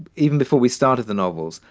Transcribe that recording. even before we started the novels,